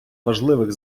важливих